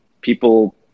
people